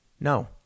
No